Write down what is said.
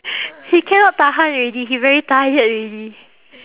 he cannot tahan already he very tired already